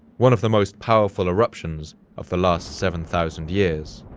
one of the most powerful eruptions of the last seven thousand years,